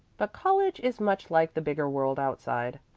but college is much like the bigger world outside.